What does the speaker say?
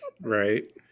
Right